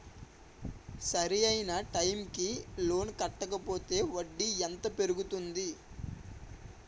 సరి అయినా టైం కి లోన్ కట్టకపోతే వడ్డీ ఎంత పెరుగుతుంది?